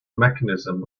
mechanism